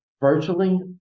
virtually